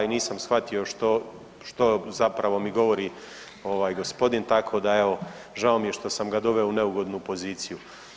Nisam shvatio što zapravo mi govori ovaj gospodin, tako da evo žao mi je što sam ga doveo u neugodnu poziciju.